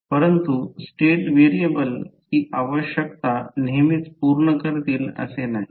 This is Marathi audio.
परंतु स्टेट व्हेरिएबल ही आवश्यकता नेहमीच पूर्ण करतील असे नाही